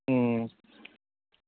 अं